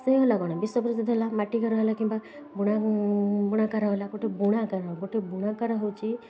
ସେ ହେଲା କ'ଣ ବିଶ୍ଵ ପ୍ରସିଦ୍ଧ ହେଲା ମାଟି ଘର ହେଲା କିମ୍ବା ବୁଣା ବୁଣାକାର ହେଲା ଗୋଟେ ବୁଣାକାର ଗୋଟେ ବୁଣାକାର ହେଉଛି